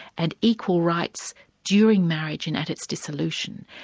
and equal rights during marriage and at its dissolution,